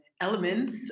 elements